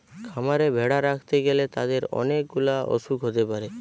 খামারে ভেড়া রাখতে গ্যালে তাদের অনেক গুলা অসুখ হতে পারে